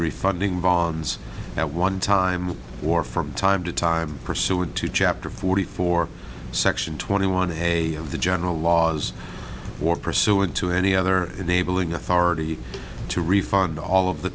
refunding vons at one time or from time to time pursuant to chapter forty four section twenty one a of the general laws or pursuant to any other enabling authority to refund all of the